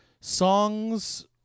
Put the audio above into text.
songs